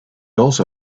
also